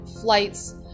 flights